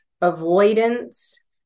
avoidance